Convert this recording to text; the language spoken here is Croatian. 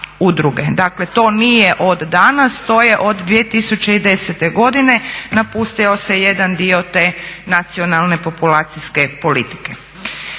Dakle to nije od danas, to je od 2010.godine, napustio se jedan dio te nacionalne populacijske politike.